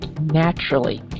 naturally